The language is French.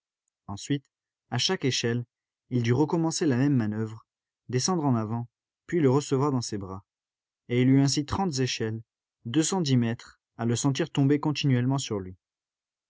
ensuite à chaque échelle il dut recommencer la même manoeuvre descendre en avant puis le recevoir dans ses bras et il eut ainsi trente échelles deux cent dix mètres à le sentir tomber continuellement sur lui